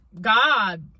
God